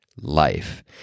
life